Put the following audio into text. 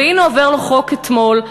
והנה, עובר לו חוק, אתמול,